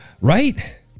right